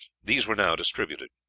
these were now distributed.